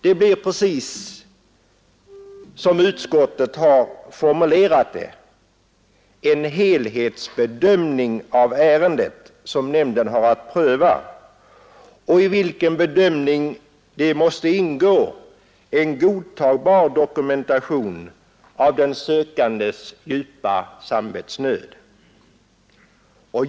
Det blir precis som utskottet har formulerat det, en helhetsbedömning av ärendet som nämnden har att pröva, i vilken bedömning det måste ingå en godtagbar dokumentation av den sökandes djupa samvetsnöd.